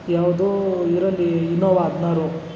ಯಾವುದೋ ಇದರಲ್ಲಿ ಇನೋವ ಹದಿನಾರು